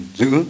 giữ